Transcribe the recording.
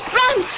run